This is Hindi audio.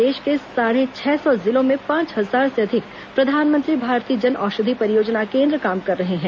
देश के साढ़े छह सौ जिलों में पांच हजार से अधिक प्रधानमंत्री भारतीय जनऔषधि परियोजना केन्द्र काम कर रहे हैं